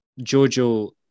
Jojo